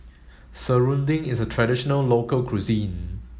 Serunding is a traditional local cuisine